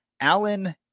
Alan